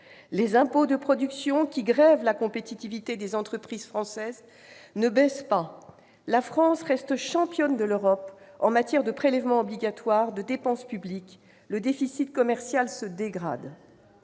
les impôts de production, qui grèvent la compétitivité des entreprises françaises, ne baissent pas, la France reste championne d'Europe en matière de prélèvements obligatoires et de dépenses publiques, et le déficit commercial se dégrade.